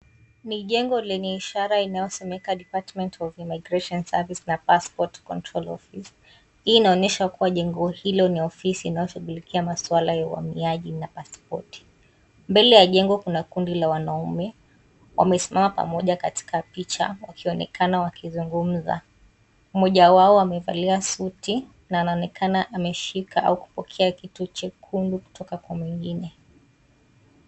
Ni jengo lenye ishara inayosomeka department of Immigration services na passport control office . Hii inaonyesha kuwa jengo hilo ni ofisi kinachoshughulikia maswala ya uhamiaji na pasipoti. Mbele ya jengo kuna kundi la wanaume, wamesimama pamoja katika picha wakionekana wakizungumza. Mmoja wao amevalia suti na anaonekana akeshika au kupokea kitu jekundu kutoka kwa mwingine.